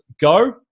Go